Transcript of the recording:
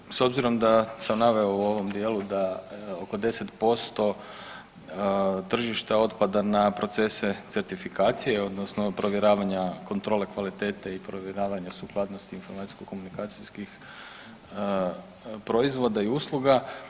Evo dakle s obzirom da sam naveo u ovom dijelu da oko 10% tržišta otpada na procese certifikacije, odnosno provjeravanja kontrole kvalitete i provjeravanja sukladnosti informacijsko-komunikacijskih proizvoda i usluga.